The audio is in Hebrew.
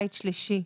בית שלישי,